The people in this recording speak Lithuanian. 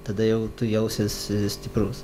tada jau tu jausies stiprus